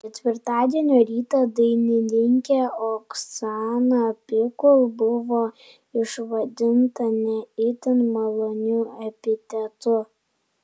ketvirtadienio rytą dainininkė oksana pikul buvo išvadinta ne itin maloniu epitetu